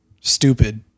stupid